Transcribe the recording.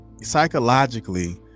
psychologically